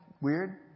weird